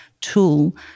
tool